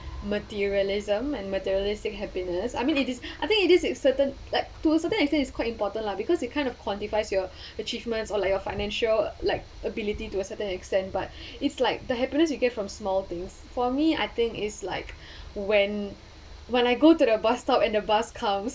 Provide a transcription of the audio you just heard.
materialism and materialistic happiness I mean it is I think it is a certain like towards a certain extent it is quite important lah because it kind of quantifies your achievements or like your financial like ability to a certain extend but it's like the happiness you get from small things for me I think is like when when I go to the bus stop in a bus comes